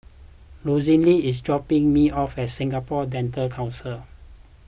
Rosalind is dropping me off at Singapore Dental Council